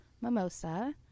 Mimosa